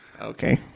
Okay